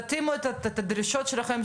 תתאימו את הדרישות שלכם,